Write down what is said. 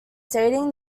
stating